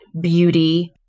beauty